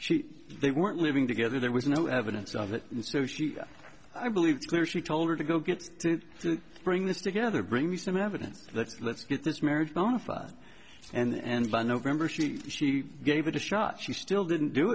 she they weren't living together there was no evidence of it and so she i believe it's clear she told her to go get to bring this together bring me some evidence let's let's get this marriage bonafide and by november she she gave it a shot she still didn't do